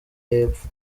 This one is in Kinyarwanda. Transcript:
y’epfo